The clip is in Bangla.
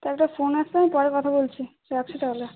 একটা ফোন আসছে আমি পরে কথা বলছি রাখছি তাহলে